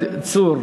אנחנו ממשיכים: